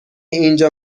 اینجا